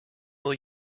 will